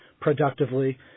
productively